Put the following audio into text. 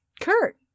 Kurt